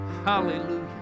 Hallelujah